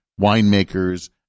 winemakers